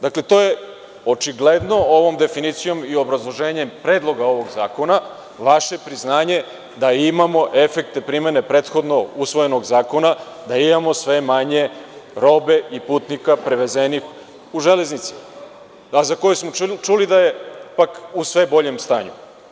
Dakle, to je očigledno ovom definicijom i obrazloženjem Predloga ovog zakona, vaše priznanje da imamo efekte primene prethodno usvojenog zakona, da imamo sve manje robe i putnika prevezenih u železnici, za koju smo čuli pak da je u sve boljem stanju.